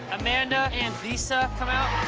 amanda and lisa come out?